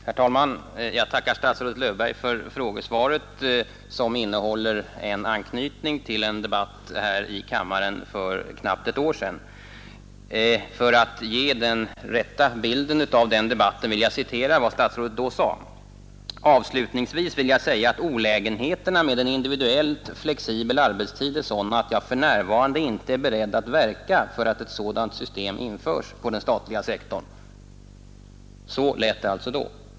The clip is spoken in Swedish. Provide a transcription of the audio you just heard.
Herr talman! Jag vill tacka statsrådet Löfberg för frågesvaret som innehåller en anknytning till en debatt här i riksdagen för knappt ett år sedan. För att ge den rätta bilden av den debatten vill jag citera vad statsrådet då sade: ”Avslutningsvis vill jag säga att olägenheterna med en individuellt flexibel arbetstid är sådana, att jag för närvarande inte är beredd att verka för att ett sådant system införs på den statliga sektorn.” Så lät det alltså då!